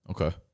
Okay